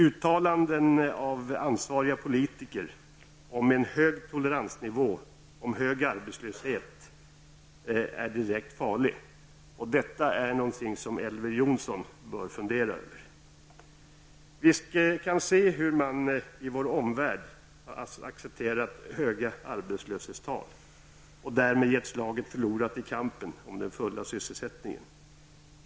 Uttalanden av ansvariga politiker om en hög toleransnivå och om en hög arbetslöshet är direkt farliga. Det är något som Elver Jonsson bör fundera över. Vi kan se hur man i vår omvärld har accepterat höga arbetslöshetstal och därmed ansett slaget förlorat i kampen om den fulla sysselsättningen.